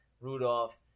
Rudolph